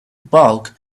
bulk